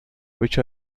which